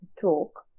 talk